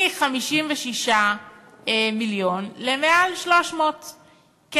מ-56 מיליון למעל 300 מיליון.